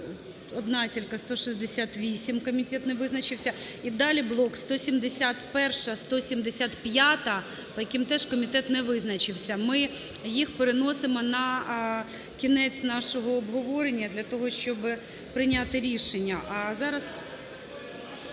одна тільки 168, комітет не визначився. І далі блок – 171-175-а, по яким теж комітет не визначився. Ми їх переносимо на кінець нашого обговорення для того, щоб прийняти рішення. А зараз...